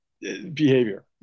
behavior